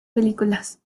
películas